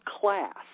class